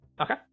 Okay